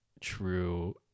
true